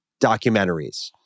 documentaries